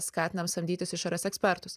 skatinam samdytis išorės ekspertus